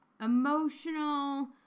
Emotional